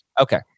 okay